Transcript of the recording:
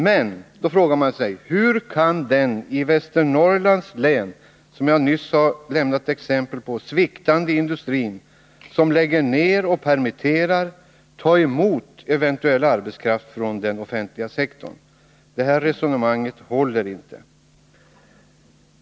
Men då frågar man sig: Hur kan den i Västernorrlands län sviktande industrin — som jag nyss gav exempel på — som lägger ned och permitterar ta emot eventuell arbetskraft från den offentliga sektorn? Det resonemanget håller inte.